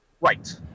Right